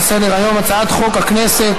חברי הכנסת מהאופוזיציה,